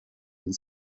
and